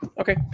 Okay